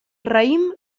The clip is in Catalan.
raïm